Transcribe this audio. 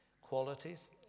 qualities